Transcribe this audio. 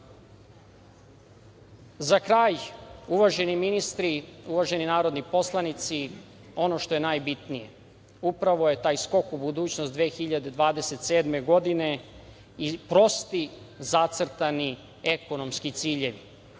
kraj, uvaženi ministri, uvaženi narodni poslanici, ono što je najbitnije jeste upravo taj skok u budućnost 2027. godine i prosti zacrtani ekonomski ciljevi.